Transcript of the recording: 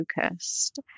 focused